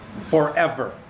forever